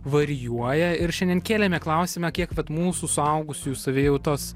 varijuoja ir šiandien kėlėme klausimą kiek vat mūsų suaugusiųjų savijautos